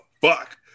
fuck